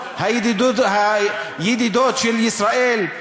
מול כל העולם, בו ידידות של מדינת ישראל.